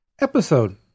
episode